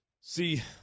See